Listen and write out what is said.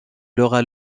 laura